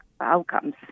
outcomes